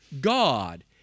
God